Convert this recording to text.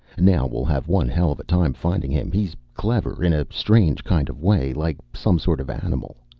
now we'll have one hell of a time finding him. he's clever in a strange kind of way. like some sort of animal.